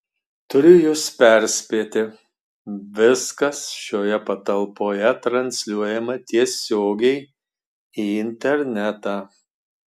turiu jus perspėti viskas šioje patalpoje transliuojama tiesiogiai į internetą